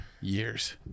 years